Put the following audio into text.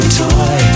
toy